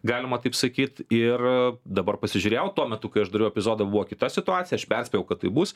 galima taip sakyt ir dabar pasižiūrėjau tuo metu kai aš dariau epizodą buvo kita situacija aš perspėjau kad taip bus